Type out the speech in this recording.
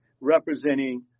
representing